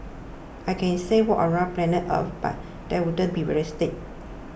I can say walk around planet Earth but that wouldn't be realistic